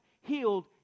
healed